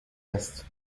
است